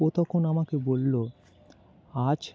ও তখন আমাকে বলল আজ